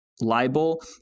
libel